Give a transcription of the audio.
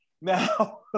Now